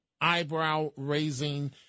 eyebrow-raising